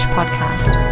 Podcast